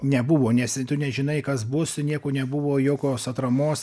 nebuvo nes tu nežinai kas bus nieko nebuvo jokos atramos